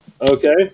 Okay